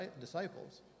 disciples